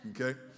Okay